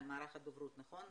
נכון?